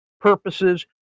purposes